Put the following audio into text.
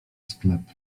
sklep